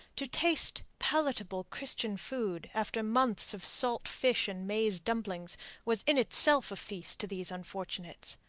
to taste palatable christian food after months of salt fish and maize dumplings was in itself a feast to these unfortunates.